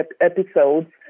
episodes